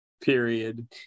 Period